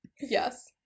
Yes